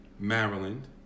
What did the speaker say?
Maryland